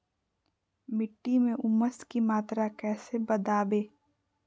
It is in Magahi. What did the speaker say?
मिट्टी में ऊमस की मात्रा कैसे बदाबे?